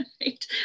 right